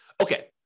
Okay